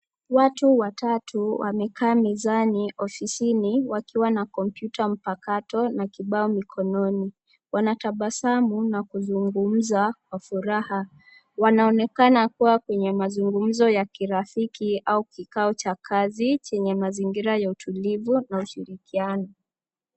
Watu watatu wamekaa mezani ofisini wakiwa na kompyuta mpakato na kibao mikononi. Wanatabasamu na kuzungumza kwa furaha. Wanaonekana kuwa kwenye mazungumzo ya kirafiki au kikao cha kazi chenye mazingira ya utulivu na ushirikiano.